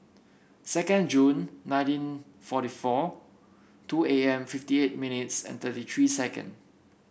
second June nineteen forty four two A M fifty eight minutes and thirty three second